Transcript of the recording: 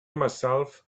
myself